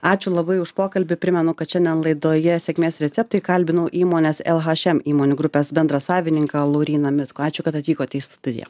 ačiū labai už pokalbį primenu kad šiandien laidoje sėkmės receptai kalbinau įmonės lhm įmonių grupės bendrasavininką lauryną mitkų ačiū kad atvykote į studiją